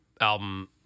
album